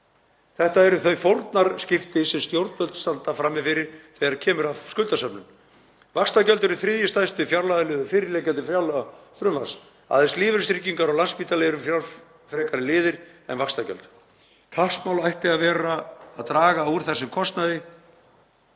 Þetta eru þau fórnarskipti sem stjórnvöld standa frammi fyrir þegar kemur að skuldasöfnun.“ „Vaxtagjöld eru þriðji stærsti fjárlagaliður fyrirliggjandi fjárlagafrumvarps. Aðeins lífeyristryggingar og Landspítali eru fjárfrekari liðir en vaxtagjöld. Kappsmál ætti að vera að draga úr þessum kostnaði